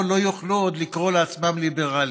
לא יוכלו עוד לקרוא לעצמם ליברלים.